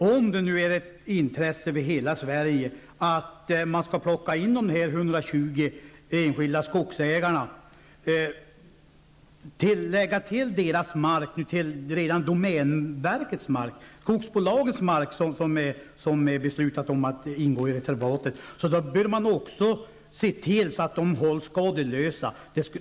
Om det nu är ett intresse för hela Sverige att lägga dessa 120 enskilda skogsägares mark till den mark från domänverket och skogsbolaget som man beslutat om skall ingå i reservatet, bör man också se till att de hålls skadeslösa.